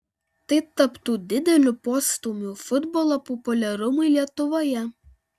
tai taptų dideliu postūmiu futbolo populiarumui lietuvoje